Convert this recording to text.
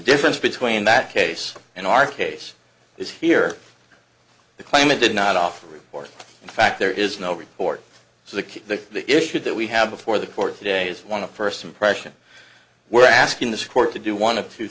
difference between that case and our case is here the claimant did not offer a report in fact there is no report so the key to the issue that we have before the court today is one of first impression we're asking this court to do one of two